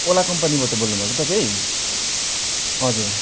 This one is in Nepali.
ओला कम्पनीबट बोल्नुभएको तपाईँ हजुर